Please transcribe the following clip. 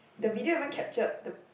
the video even captured the